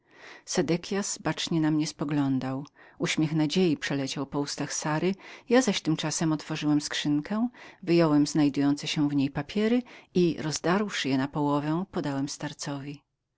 pachą sedekias bacznie na mnie spoglądał uśmiech nadziei przeleciał na ustach sary ja tymczasem otworzyłem skrzynkę wyjąłem znajdujące się w niej papiery i rozdarłszy je na połowę podałem starcowi